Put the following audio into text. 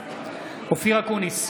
אופיר אקוניס,